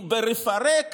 כי בלפרק